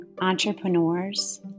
entrepreneurs